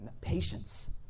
Patience